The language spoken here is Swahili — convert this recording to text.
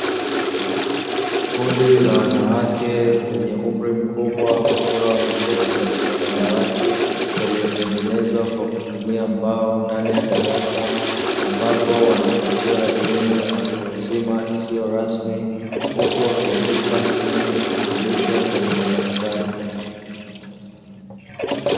Kundi la wanawake wenye umri mkubwa wakiwa wameketi katika madawati yaliyotengenezwa kwa kutumia mbao, ndani ya darasa ambapo wanapatiwa elimu ya watu wazima isiyo rasmi huku wakiandika kile wanachofundishwa kwenye madaftari.